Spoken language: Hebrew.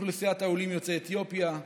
ובאוכלוסיית העולים יוצאי אתיופיה,